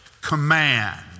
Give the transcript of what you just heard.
command